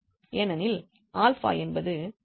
ஏனெனில் ஆல்ஃபா என்பது கான்ஸ்டண்ட்டே ஆகும்